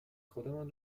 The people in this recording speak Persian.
خودمان